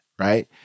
Right